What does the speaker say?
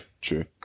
true